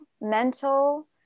mental